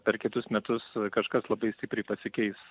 per kitus metus kažkas labai stipriai pasikeis